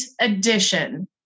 edition